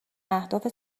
اهداف